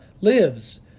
lives